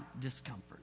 discomfort